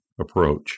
approach